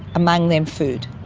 among them food.